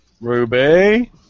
Ruby